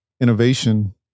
innovation